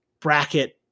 bracket